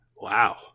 Wow